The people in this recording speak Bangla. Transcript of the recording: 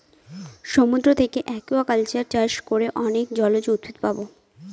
সমুদ্র থাকে একুয়াকালচার চাষ করে অনেক জলজ উদ্ভিদ পাবো